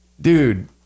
Dude